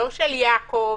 לא של יעקב,